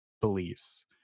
beliefs